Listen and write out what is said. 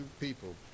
people